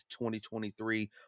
2023